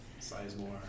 Sizemore